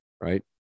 right